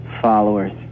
followers